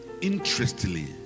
interestingly